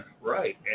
Right